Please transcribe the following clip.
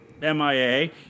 MIA